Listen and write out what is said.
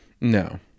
No